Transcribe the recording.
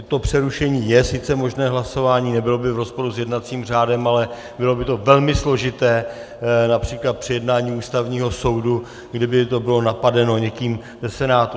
To přerušení je sice možné, hlasování, nebylo by v rozporu s jednacím řádem, ale bylo by to velmi složité například při jednání Ústavního soudu, kdyby to bylo napadeno někým ze Senátu.